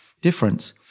difference